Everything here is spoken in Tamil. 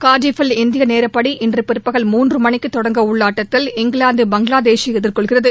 கார்டிபில் இந்திய நேரப்படி இன்று பிற்பகல் மூன்று மணிக்கு தொடங்க உள்ள ஆட்டத்தில் இங்கிலாந்து பங்களாதேசை எதிர்கொள்கிறது